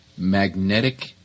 magnetic